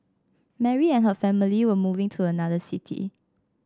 Mary and her family were moving to another city